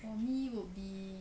for me would be